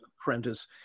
apprentice